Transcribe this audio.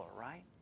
right